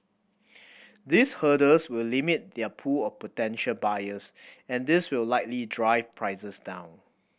these hurdles will limit their pool of potential buyers and this will likely drive prices down